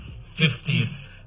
fifties